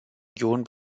union